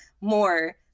more